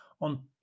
on